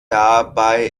dabei